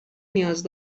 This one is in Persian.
نیاز